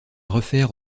refaire